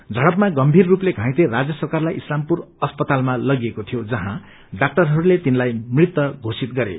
झड्पमा गम्भ्हीर रूपले घाइते राजेश सरकारलाई इस्लापुर अस्पताल लगिएको थियो जहाँ डाक्अरहरूले तिनलाई मृत घोश्जित गरे